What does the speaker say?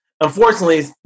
Unfortunately